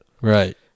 Right